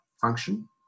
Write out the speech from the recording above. function